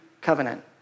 covenant